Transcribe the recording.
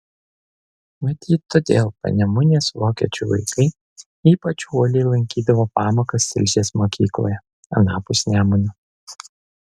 matyt todėl panemunės vokiečių vaikai ypač uoliai lankydavo pamokas tilžės mokykloje anapus nemuno